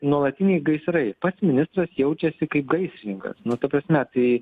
nuolatiniai gaisrai pats ministras jaučiasi kaip gaisrininkas nu ta prasme tai